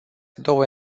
două